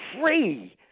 free